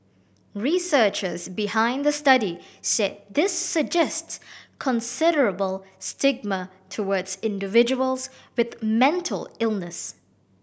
researchers behind the study said this suggests considerable stigma towards individuals with mental illness